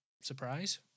surprise